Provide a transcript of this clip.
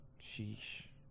Sheesh